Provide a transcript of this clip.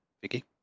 Vicky